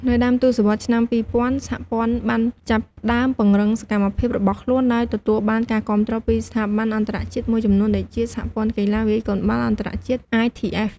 នៅដើមទសវត្សរ៍ឆ្នាំ ២០០០ សហព័ន្ធបានចាប់ផ្តើមពង្រឹងសកម្មភាពរបស់ខ្លួន ដោយទទួលបានការគាំទ្រពីស្ថាប័នអន្តរជាតិមួយចំនួនដូចជា សហព័ន្ធកីឡាវាយកូនបាល់អន្តរជាតិ ITF។